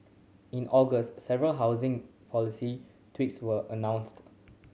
in August several housing policy tweaks were announced